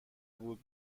بود